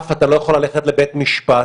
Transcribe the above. אתה לא יכול ללכת לבית משפט.